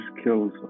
skills